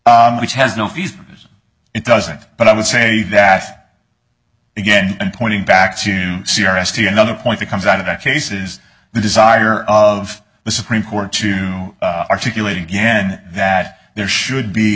which has no fees because it doesn't but i would say that again and pointing back to c r s to another point that comes out of that cases the desire of the supreme court to articulate again that there should be